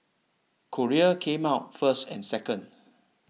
Korea came out first and second